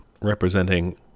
representing